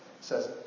says